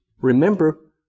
Remember